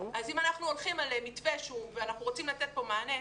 אם אנחנו הולכים על מתווה ואנחנו רוצים לתת כאן מענה,